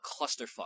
clusterfuck